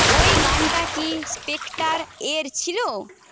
ওই গানটা কি স্পেক্টার এর ছিল